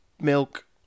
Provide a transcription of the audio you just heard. milk